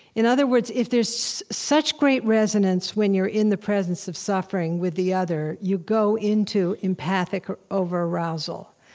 in other words, if there's such great resonance when you're in the presence of suffering with the other, you go into empathic over-arousal.